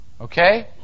Okay